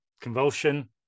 convulsion